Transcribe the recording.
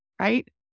right